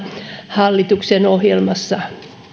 hallituksen ohjelmassa